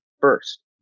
first